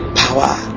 power